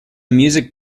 music